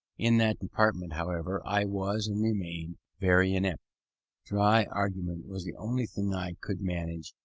in that department, however, i was, and remained, very inapt. dry argument was the only thing i could, manage,